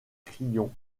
crillon